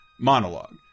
monologue